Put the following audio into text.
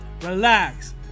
Relax